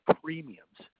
premiums